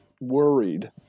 worried